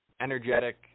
energetic